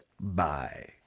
Bye